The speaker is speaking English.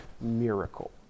miracle